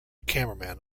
cameraman